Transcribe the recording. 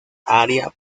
aria